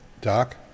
Doc